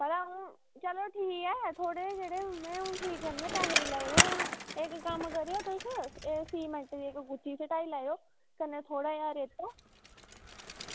चलो ठीक ऐ थोह्ड़े जेह्ड़े हून में ठीक करने पैहे ते लगदे इक कम्म करेओ तुस एह् सीमेंट दी इक गुत्थी सुटाई लैएओ कन्नै थोह्ड़ा जेहा रेता